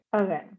Okay